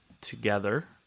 together